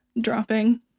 dropping